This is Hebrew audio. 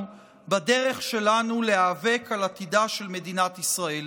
בדרך שלנו להיאבק על עתידה של מדינת ישראל.